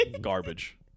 garbage